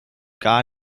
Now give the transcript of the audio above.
gar